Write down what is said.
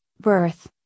birth